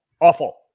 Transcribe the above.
awful